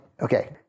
Okay